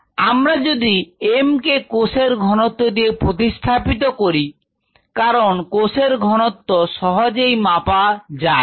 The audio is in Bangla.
rgddt আমরা যদি m কে কোষের ঘনত্ব দিয়ে প্রতিস্থাপিত করি কারণ কোষের ঘনত্ব সহজেই মাপা যায়